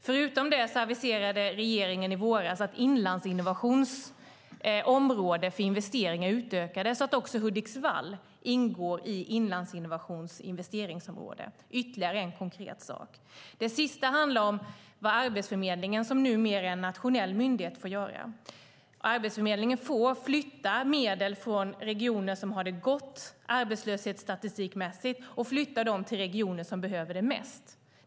Förutom det aviserade regeringen i våras att Inlandsinnovations område för investeringar utökas så att också Hudiksvall ingår i Inlandsinnovations investeringsområde. Det är ytterligare en konkret sak. Det sista handlar om vad Arbetsförmedlingen, som numera är en nationell myndighet, får göra. Arbetsförmedlingen får flytta medel från regioner som har det gott arbetslöshetsstatistikmässigt till regioner som behöver det mest.